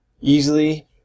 Easily